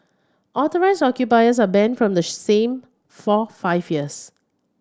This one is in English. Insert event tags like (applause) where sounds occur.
authorised occupiers are banned from the (unintelligible) same for five years